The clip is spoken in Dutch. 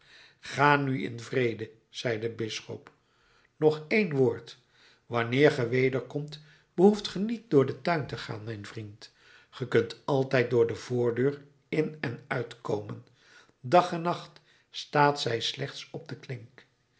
ga nu in vrede zei de bisschop nog een woord wanneer ge wederkomt behoeft ge niet door den tuin te gaan mijn vriend ge kunt altijd door de voordeur in en uitkomen dag en nacht staat zij slechts op de klink